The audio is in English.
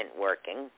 working